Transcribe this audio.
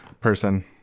person